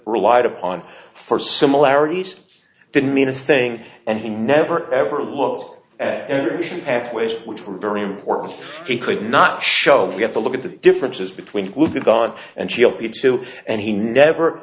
relied upon for similarities didn't mean a thing and he never ever look and act ways which were very important he could not show we have to look at the differences between would be gone and she'll be two and he never